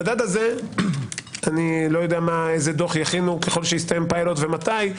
המדד הזה - אני לא יודע איזה דוח יכינו ככל שיסתיים פילוט ומתי.